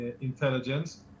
intelligence